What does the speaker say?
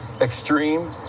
extreme